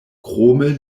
krome